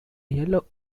yellow